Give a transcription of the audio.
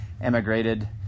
emigrated